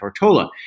Tortola